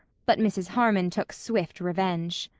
but mrs. harmon took swift revenge.